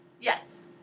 Yes